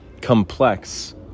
complex